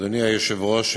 אדוני היושב-ראש,